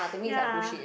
ya